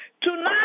Tonight